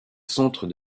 centre